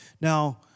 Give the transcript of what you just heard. Now